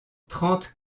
trente